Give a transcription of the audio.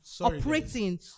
operating